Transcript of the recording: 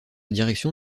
direction